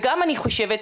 גם אני חושבת,